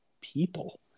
people